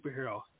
superhero